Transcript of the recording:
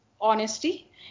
honesty